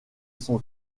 son